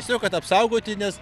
siog kad apsaugoti nes